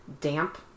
damp